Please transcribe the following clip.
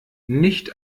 nicht